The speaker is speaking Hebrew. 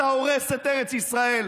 אתה הורס את ארץ ישראל.